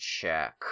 check